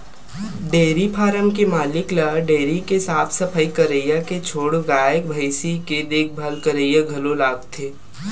dairy farm के मालिक ल डेयरी के साफ सफई करइया के छोड़ गाय भइसी के देखभाल करइया घलो लागथे